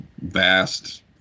vast